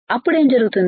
అప్పుడుఏమి జరుగుతుంది